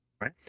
right